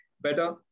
better